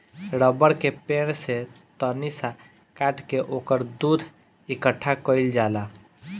रबड़ के पेड़ के तनी सा काट के ओकर दूध इकट्ठा कइल जाला